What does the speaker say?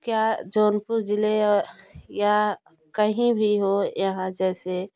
क्या जौनपुर जिले या कहीं भी हो यहाँ जैसे